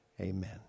Amen